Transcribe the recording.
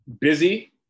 busy